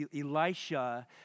Elisha